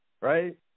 right